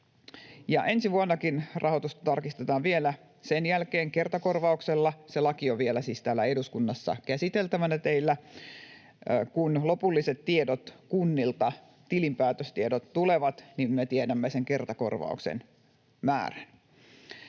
Ensi vuonnakin rahoitusta tarkistetaan vielä sen jälkeen kertakorvauksella — se laki on siis vielä täällä eduskunnassa teillä käsiteltävänä. Kun lopulliset tiedot kunnilta, tilinpäätöstiedot, tulevat, niin me tiedämme sen kertakorvauksen määrän.